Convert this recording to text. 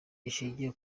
dushima